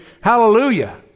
Hallelujah